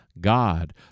God